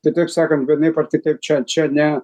kitaip sakant vienaip ar kitaip čia čia ne